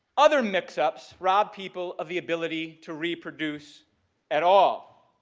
other mix-ups robbed people of the ability to reproduce at all.